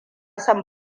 son